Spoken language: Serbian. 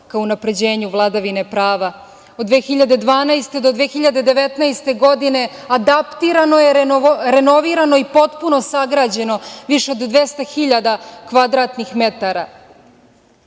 ka unapređenju vladavine prava. Od 2012. do 2019. godine adaptirano je, renovirano i potpuno sagrađeno više od 200.000 kvadratnih metara.